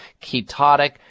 ketotic